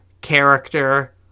character